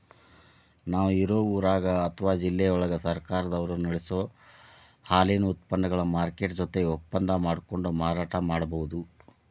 ನಾವ್ ಇರೋ ಊರಾಗ ಅತ್ವಾ ಜಿಲ್ಲೆವಳಗ ಸರ್ಕಾರದವರು ನಡಸೋ ಹಾಲಿನ ಉತ್ಪನಗಳ ಮಾರ್ಕೆಟ್ ಜೊತೆ ಒಪ್ಪಂದಾ ಮಾಡ್ಕೊಂಡು ಮಾರಾಟ ಮಾಡ್ಬಹುದು